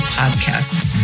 podcasts